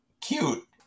cute